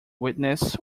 witness